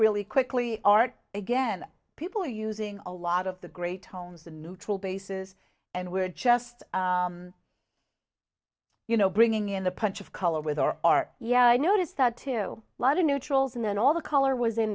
really quickly art again people are using a lot of the great homes the neutral bases and we're just you know bringing in the punch of color with our art yeah i noticed that too lot of neutrals and then all the color was in